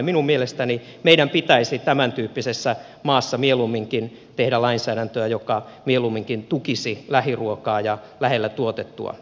minun mielestäni meidän pitäisi tämäntyyppisessä maassa mieluumminkin tehdä lainsäädäntöä joka mieluumminkin tukisi lähiruokaa ja lähellä tuotettua ruokaa